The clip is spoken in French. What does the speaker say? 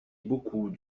beaucoup